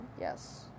yes